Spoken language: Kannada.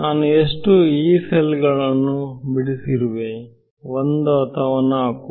ನಾನು ಎಷ್ಟು Yee ಸೆಲ್ ಗಳನ್ನು ಬಿಡಿಸಿರುವೆ 1 ಅಥವಾ 4